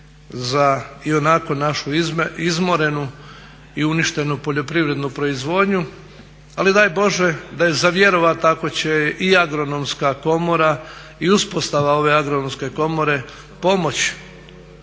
za ionako našu izmorenu i uništenu poljoprivrednu proizvodnju. Ali daj Bože da je za vjerovat ako će i Agronomska komora i uspostava ove Agronomske komore pomoć